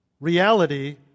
reality